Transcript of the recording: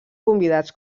convidats